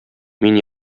мин